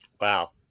Wow